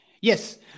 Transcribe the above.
Yes